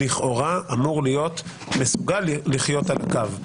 לכאורה אמור להיות מסוגל לחיות על הקו.